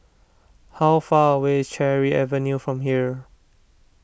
how far away is Cherry Avenue from here